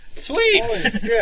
Sweet